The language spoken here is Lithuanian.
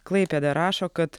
klaipėda rašo kad